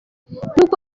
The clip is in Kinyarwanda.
nkuko